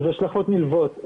יש לזה השלכות נלוות.